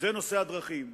זה הדרכים.